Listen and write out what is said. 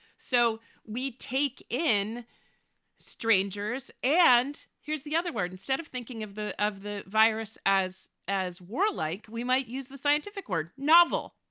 so we take in strangers. and here's the other word. instead of thinking of the of the virus as as warlike, we might use the scientific word novel.